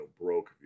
broke